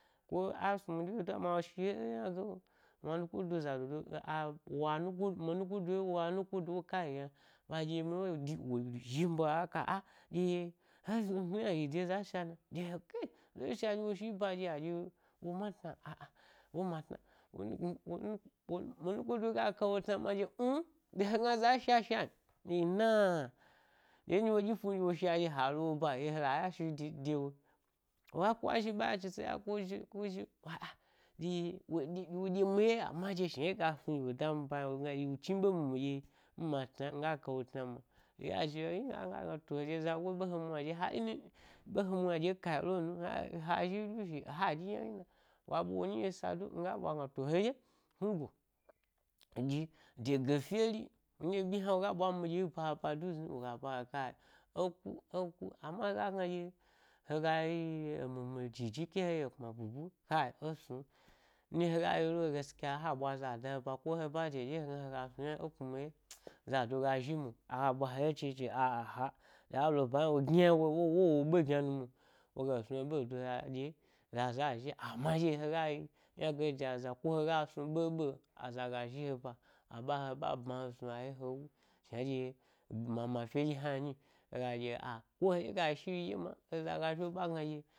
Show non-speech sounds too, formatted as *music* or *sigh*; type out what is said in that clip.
Ko a snumi ɗye lo du ai, ma shi eyna ge ma anukodo za dodo a, wa anuko minukodo ɗye wa ko kayi yna ɗyemi ɗi, wo zhi mibe, a ka gna â â ɗye-e snu snu nana yi yi de za sha na ɗye a ɗye wo wo ma tsna, â,â wo ma’tsnan *unintelligible* mi muko do ɗye ga ka wo’ tsnama ɗye, mmm! Ɗyehe gns za sha shnan, inaa-ɗye nɗye wo ɗyi fuwu was sha, ha lowo ba, ɗye hala ya shi de de we, wo ga kwa zhi ɓa ya shise, yaku zhi, ku zhi, wa;a, a, ɗye *unintelligible* shna yiga snu gi wo dami ba yna ɗye mi ma’ tsna n, miga kawo’tsnama, yi ɗye ya zha? Hna yna *unintelligible* to ɗye zagoi ɓe he mu yna. ɗye har nini ɓa he mu yna ɗye e koyi lo nun *unintelligible* ha zhi nini shi ha ɗyi yna ri na, wa ɓwa wo nyi ye sa du wa ɓwa wonyi yesa du miga ɓwagna to, heɗye ungo, ɗye ba ba du zni woga bwa kai, eku, eku amma hega gna ɗye-hega yi emi mi jiji ke ho yi ekpma bubuyi kai, esun. Nɗye hega yilo, gaskya ha ɓwa za da he ba ko he birth day ɗye hegna hega snu hna eknumi ye zado ga zhi mwa, aga ɓw he ye chichi a, a ha, zawo ebwa hna wo gyna wo, wo, wo ɓe gynana mwo wogalo snu wo ɓede aɗye, za za zhin, amma eɗye hega yi ynage de azayi ko haga snu ɓe ɓe aza ga zhi he ba, abe he aɓa bma he snu a ye hewu shna ɗye mama feye ɗye hna nyi hega ɗye.